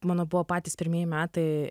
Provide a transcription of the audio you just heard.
mano buvo patys pirmieji metai